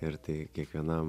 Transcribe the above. ir tai kiekvienam